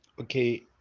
okay